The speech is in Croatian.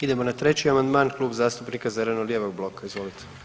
Idemo na 3. amandman, Klub zastupnika zeleno-lijevog bloka, izvolite.